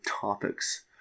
topics